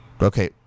Okay